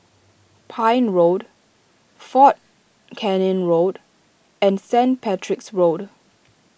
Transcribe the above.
Pine Road fort Canning Road and Saint Patrick's Road